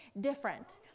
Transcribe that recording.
different